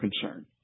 concern